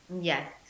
Yes